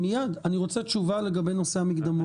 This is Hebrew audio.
מיד, אני רוצה תשובה לגבי נושא המקדמות.